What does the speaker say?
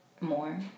more